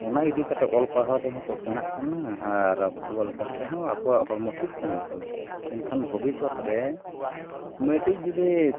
ᱚᱱᱟ ᱤᱫᱤ ᱠᱟᱛᱮᱫ ᱚᱞ ᱯᱟᱲᱦᱟᱣ ᱛᱮᱦᱚᱸ ᱠᱚ ᱥᱮᱬᱟᱜ ᱠᱟᱱᱟ ᱟᱨ ᱯᱷᱩᱴᱵᱚᱞ ᱠᱷᱮᱞ ᱛᱮᱦᱚᱸ ᱟᱠᱚᱣᱟᱜ ᱦᱚᱲᱢᱚ ᱴᱷᱤᱠ ᱛᱟᱦᱮᱱ ᱠᱟᱱᱟ ᱮᱱᱠᱷᱟᱱ ᱵᱷᱚᱵᱤᱥᱥᱚᱛ ᱨᱮ ᱢᱤᱫᱴᱤᱡ ᱡᱩᱫᱤ